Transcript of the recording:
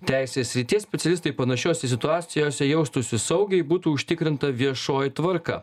teisės srities specialistai panašiose situacijose jaustųsi saugiai būtų užtikrinta viešoji tvarka